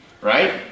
right